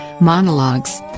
monologues